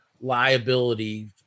liability